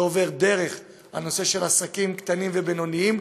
זה עובר דרך הנושא של עסקים קטנים ובינוניים,